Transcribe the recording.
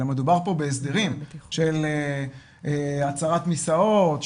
אלא מדובר פה בהסדרים של הצרת מיסעות,